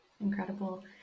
Incredible